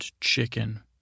chicken